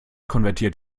konvertiert